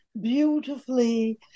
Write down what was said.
beautifully